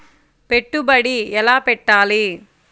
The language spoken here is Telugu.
పెట్టుబడి ఎలా పెట్టాలి?